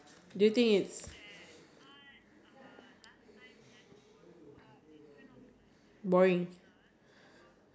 I feel like in art you need to keep on building you need to like keep on regularly drawing drawing and drawing you have to practise